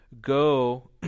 go